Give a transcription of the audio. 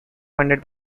funded